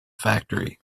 factory